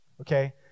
Okay